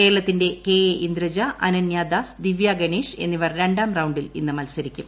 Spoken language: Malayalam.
കേരളത്തിന്റെ കെ എ ഇന്ദ്രജ അനനൃ ദാസ് ദിവ്യാ ഗണേഷ് എന്നിവർ രണ്ടാം റൌണ്ടിൽ ഇന്ന് മത്സരിക്കും